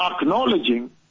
Acknowledging